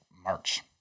March